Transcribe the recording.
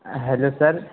hello sir